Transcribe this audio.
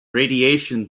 radiation